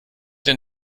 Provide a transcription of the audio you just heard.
denn